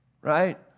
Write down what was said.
Right